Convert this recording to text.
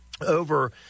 over